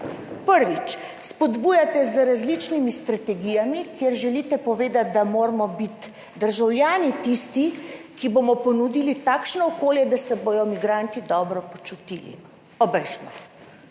Prvič, spodbujate z različnimi strategijami, kjer želite povedati, da moramo biti državljani tisti, ki bomo ponudili takšno okolje, da se bodo migranti dobro počutili. A bejž